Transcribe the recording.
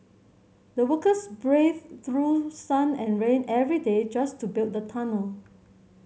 the workers braved through sun and rain every day just to build the tunnel